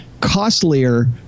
costlier